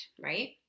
right